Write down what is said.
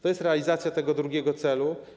To jest realizacja tego drugiego celu.